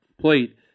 plate